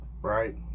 right